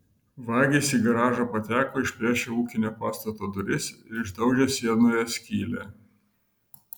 vagys į garažą pateko išplėšę ūkinio pastato duris ir išdaužę sienoje skylę